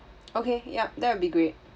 okay yup that would be great